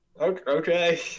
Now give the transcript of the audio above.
okay